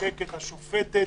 המחוקקת והשופטת.